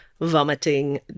vomiting